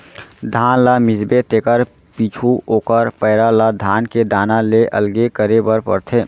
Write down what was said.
धान ल मिसबे तेकर पीछू ओकर पैरा ल धान के दाना ले अलगे करे बर परथे